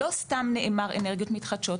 לא סתם נאמר "אנרגיות מתחדשות",